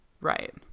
right